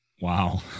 wow